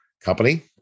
company